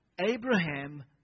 Abraham